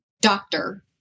doctor